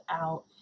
out